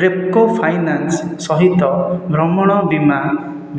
Repco finance ସହିତ ଭ୍ରମଣ ବୀମା